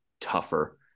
tougher